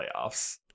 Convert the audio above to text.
playoffs